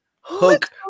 Hook